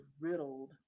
riddled